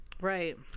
right